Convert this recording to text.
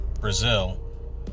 Brazil